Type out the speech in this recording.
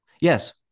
Yes